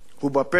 ובפתח